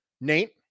Nate